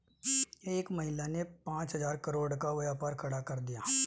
एक महिला ने पांच हजार करोड़ का व्यापार खड़ा कर दिया